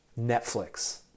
Netflix